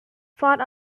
fought